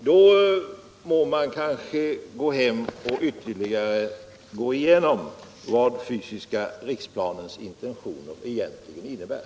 Då må man kanske gå hem och ytterligare studera vad den fysiska riksplanens intentioner egentligen innebär.